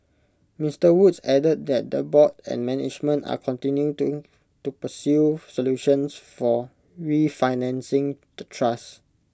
Mister Woods added that the board and management are continuing to pursue solutions for refinancing the trust